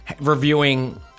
reviewing